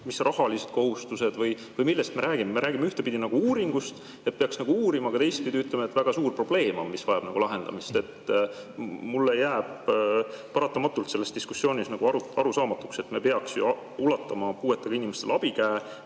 Mis rahalised kohustused või millest me räägime? Me räägime ühtpidi nagu uuringust, et peaks uurima, aga teistpidi ütleme, et väga suur probleem on, mis vajab lahendamist. Mulle jääb paratamatult sellest diskussioonist arusaamatuks, et me peaks ulatama puuetega inimestele abikäe,